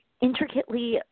intricately